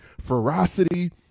ferocity